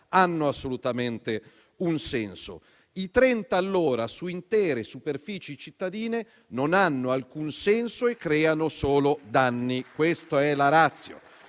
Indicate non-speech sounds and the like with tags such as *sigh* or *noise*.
hanno assolutamente un senso. I 30 chilometri all'ora su intere superfici cittadine non hanno alcun senso e creano solo danni. *applause*